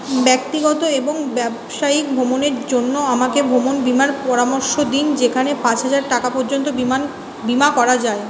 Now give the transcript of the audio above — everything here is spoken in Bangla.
ব্যক্তিগত এবং ব্যবসায়িক ভ্রমণের জন্য আমাকে ভ্রমণ বিমার পরামর্শ দিন যেখানে পাঁচ হাজার টাকা পর্যন্ত বিমান বিমা করা যায়